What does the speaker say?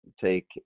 take